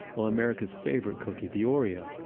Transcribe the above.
while america's favorite cookie, the oreo,